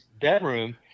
bedroom